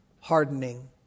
hardening